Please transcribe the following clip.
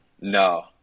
No